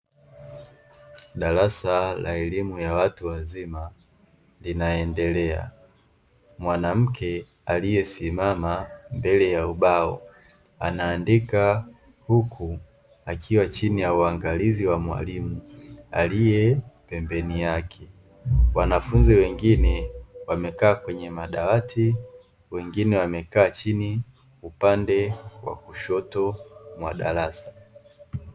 Darasa la elimu ya watu wazima inaendelea, mwanamke aliyesimama mbele ya ubao anaandika huku akiwa chini ya uangalizi wa mwalimu aliyepembeni yake, wanafunzi wengine wamekaa kwenye madawati wengine wamekaa chini upande wa kushoto mwa darasa.